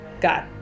got